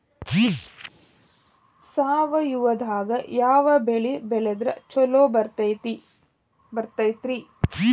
ಸಾವಯವದಾಗಾ ಯಾವ ಬೆಳಿ ಬೆಳದ್ರ ಛಲೋ ಬರ್ತೈತ್ರಿ?